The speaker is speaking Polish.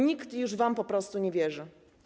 Nikt już wam po prostu nie wierzy.